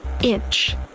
inch